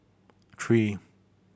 three